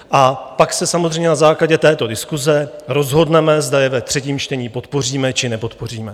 A pak se samozřejmě na základě této diskuse rozhodneme, zda je ve třetím čtení podpoříme či nepodpoříme.